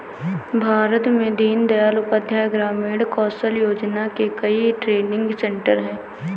भारत में दीन दयाल उपाध्याय ग्रामीण कौशल योजना के कई ट्रेनिंग सेन्टर है